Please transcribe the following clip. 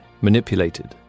manipulated